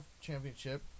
championship